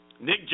Nick